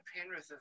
Penrith